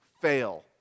fail